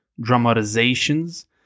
dramatizations